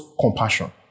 compassion